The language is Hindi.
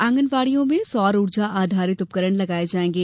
आंगनवाड़ियों में सौर ऊर्जा आधारित उपकरण लगाये जायेंगे